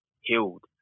healed